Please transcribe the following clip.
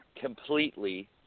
completely